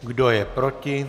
Kdo je proti?